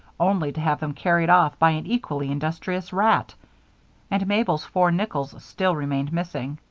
only to have them carried off by an equally industrious rat and mabel's four nickels still remained missing.